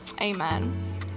Amen